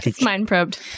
Mind-probed